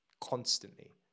constantly